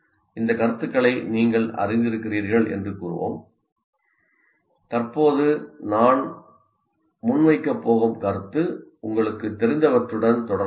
இந்த கருத்துக்களை நீங்கள் அறிந்திருக்கிறீர்கள் என்று கூறுவோம் தற்போது நான் முன்வைக்கப் போகும் கருத்து உங்களுக்கு தெரிந்தவற்றுடன் தொடர்புடையது